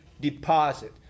deposit